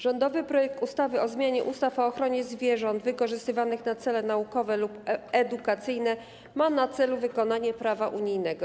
Rządowy projekt ustawy o zmianie ustawy o ochronie zwierząt wykorzystywanych do celów naukowych lub edukacyjnych ma na celu wykonanie prawa unijnego.